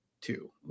two